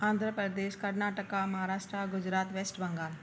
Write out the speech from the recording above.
Andhra Pradesh Karnataka Maharashtra Gujarat West Bengal